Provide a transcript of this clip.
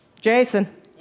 Jason